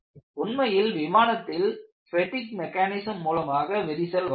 உண்மையில் விமானத்தில் fatigue mechanism மூலமாக விரிசல் வளர்கிறது